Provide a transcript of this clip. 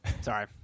Sorry